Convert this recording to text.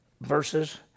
verses